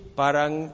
parang